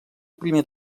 primer